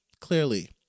clearly